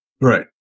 Right